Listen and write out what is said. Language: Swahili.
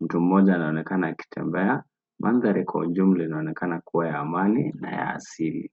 Mtu mmoja anaonekana akitembea. Mandhari kwa ujumla inaonekana kuwa ya amani na ya asili.